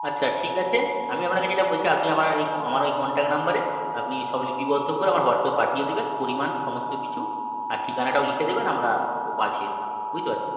আচ্ছা ঠিক আছে আমি আপনাকে যেটা বলছি আপনি আমার এই আমার ওই কন্টাক্ট নম্বরে আপনি সব লিপিবদ্ধ করে আমার হোয়াটসঅ্যাপে পাঠিয়ে দেবেন পরিমাণ সমস্ত কিছু আর ঠিকানাটাও লিখে দেবেন আমরা ও পাঠিয়ে দেব বুঝতে পারছেন